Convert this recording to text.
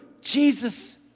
Jesus